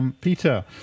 Peter